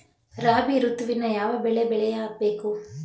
ರಾಬಿ ಋತುವಿನಲ್ಲಿ ಯಾವ ಬೆಳೆ ಬೆಳೆಯ ಬೇಕು?